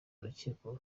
urukiko